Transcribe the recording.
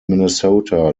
minnesota